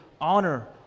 honor